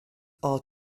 are